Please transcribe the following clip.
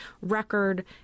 record